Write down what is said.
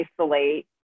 isolate